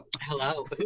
hello